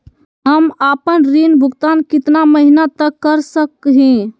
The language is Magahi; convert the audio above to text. हम आपन ऋण भुगतान कितना महीना तक कर सक ही?